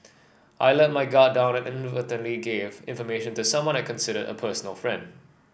I let my guard down and inadvertently gave information to someone I considered a personal friend